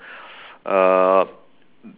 uh